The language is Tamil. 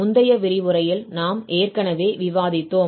முந்தைய விரிவுரையில் நாம் ஏற்கனவே விவாதித்தோம்